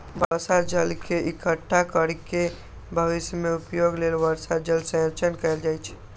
बर्षा जल के इकट्ठा कैर के भविष्य मे उपयोग लेल वर्षा जल संचयन कैल जाइ छै